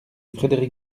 frédéric